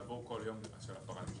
בעבור כל יום של הפרה.